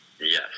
Yes